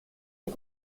est